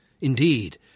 Indeed